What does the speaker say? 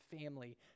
family